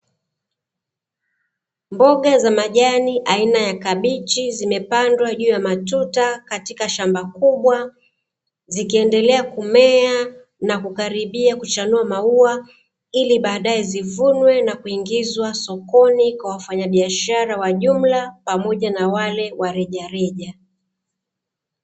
Mboga za majani aina ya kaichi zimepandwa juu ya matuta katika shamba kubwa, zikienndelea kumea na kukaribia kuchanua maua ili baadae zivunwe na kuingizwa sokoni, kwa wafanyabiashara wa jumla pamoja na wale wa rejareja.